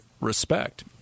Respect